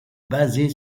basée